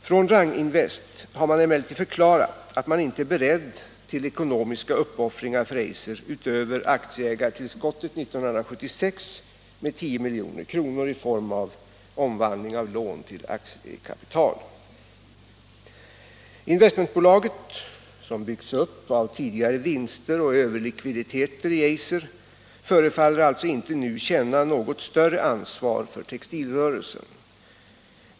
Från Rang Invest AB har man emellertid förklarat att man inte är beredd till ekonomiska uppoffringar för Eiser, utöver aktieägartillskottet 1976 med 10 milj.kr. i form av omvandling av lån till aktiekapital. Investmentbolaget, som byggts upp av tidigare vinster och överlikviditeter i Eiser, förefaller alltså inte nu känna något större ansvar för textilrörelsen.